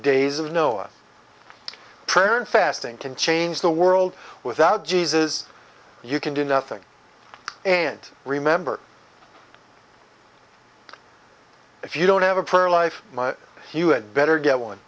days of noah prayer and fasting can change the world without jesus you can do nothing and remember if you don't have a prayer life you had better get one